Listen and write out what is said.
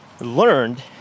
learned